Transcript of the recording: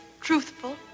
truthful